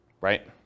Right